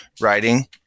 writing